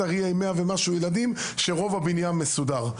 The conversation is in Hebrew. אריה עם 100 ומשהו ילדים כשרוב הבניין מסודר.